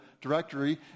directory